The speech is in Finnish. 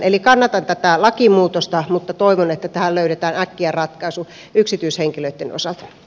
eli kannatan tätä lakimuutosta mutta toivon että tähän löydetään äkkiä ratkaisu yksityishenkilöitten osalta